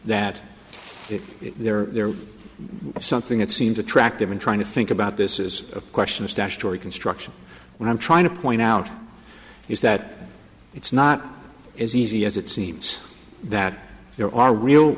that if there is something that seems attractive in trying to think about this is a question of statutory construction what i'm trying to point out is that it's not as easy as it seems that there are real